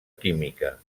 química